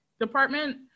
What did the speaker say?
department